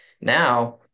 now